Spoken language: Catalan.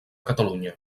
catalunya